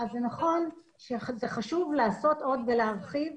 זה נכון שזה חשוב לעשות עוד ולהרחיב,